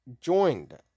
joined